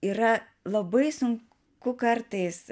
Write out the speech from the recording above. yra labai sunku kartais